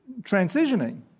transitioning